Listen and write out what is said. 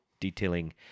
detailing